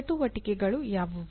ಚಟುವಟಿಕೆಗಳು ಯಾವುವು